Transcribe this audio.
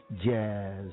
jazz